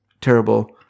terrible